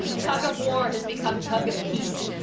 tug-of-war has become tug of peace.